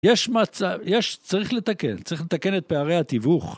יש מצב, יש, צריך לתקן, צריך לתקן את פערי התיווך.